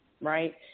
right